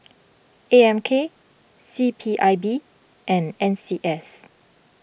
A M K C P I B and N C S